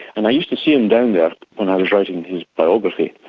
and i used to see him down there, when i was writing his biography,